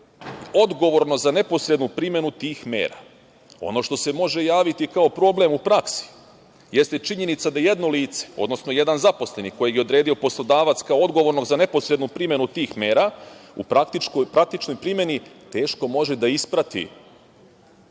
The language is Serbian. odgovorno za neposrednu primenu tih mera. Ono što se može javiti kao problem u praksi jeste činjenica da jedno lice, odnosno jedan zaposleni kojeg je odredio poslodavac kao odgovornog za neposrednu primenu tih mera, u praktičnoj primeni teško može da isprati